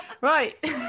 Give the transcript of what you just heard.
right